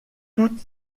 toutes